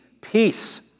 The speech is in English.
peace